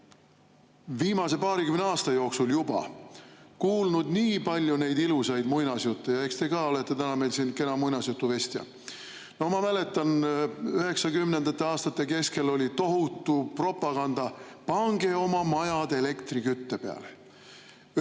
viimase paarikümne aasta jooksul kuulnud nii palju ilusaid muinasjutte. Eks teie ka olete täna meil siin kena muinasjutuvestja. Ma mäletan, et 1990. aastate keskel oli tohutu propaganda: pange oma majad elektrikütte peale,